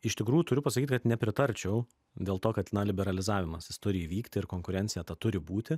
iš tikrųjų turiu pasakyt kad nepritarčiau dėl to kad na liberalizavimas jis turi įvykti ir konkurencija ta turi būti